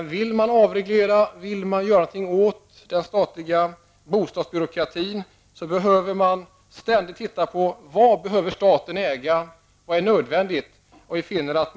Vill man avreglera och göra något åt den statliga bostadsbyråkratin, bör man se över vilken del av verksamheten som är nödvändigt att ha i statlig ägo.